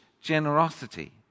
generosity